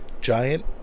giant